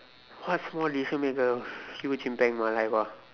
what small decision make a huge impact in my life ah